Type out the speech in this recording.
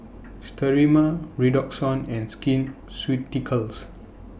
Sterimar Redoxon and Skin Ceuticals